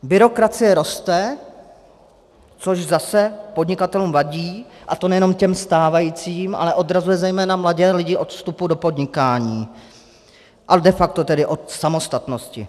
Byrokracie roste a to zase podnikatelům vadí, a to nejen těm stávajícím, ale odrazuje zejména mladé lidi od vstupu do podnikání a de facto od samostatnosti.